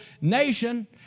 nation